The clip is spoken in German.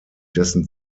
dessen